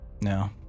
No